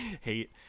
hate